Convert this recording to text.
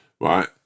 right